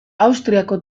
austriako